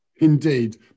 Indeed